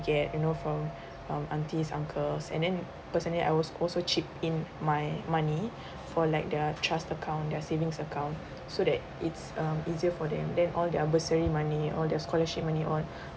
get you know from from aunties uncles and then personally I will also chip in my money for like the trust account their savings account so that it's um easier for them then all their bursary money all their scholarship money all